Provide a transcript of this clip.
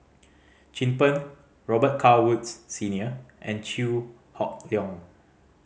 Chin Peng Robet Carr Woods Senior and Chew Hock Leong